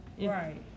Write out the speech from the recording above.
Right